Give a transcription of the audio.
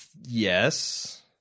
Yes